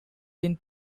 been